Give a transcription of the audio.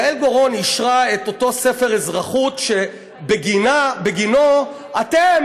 יעל גוראון אישרה את אותו ספר אזרחות שבגינו אתם,